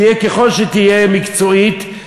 תהיה ככל שתהיה מקצועית,